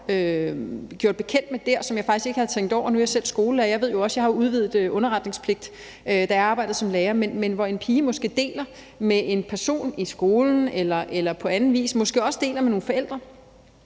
gjort bekendt med der, som jeg faktisk ikke havde tænkt over. Nu er jeg selv skolelærer, og jeg ved jo også, at jeg havde udvidet underretningspligt, da jeg arbejdede som lærer. Men en pige deler måske med en person i skolen eller med nogle forældre,